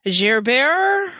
Gerber